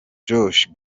josh